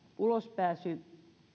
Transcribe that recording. ulospääsy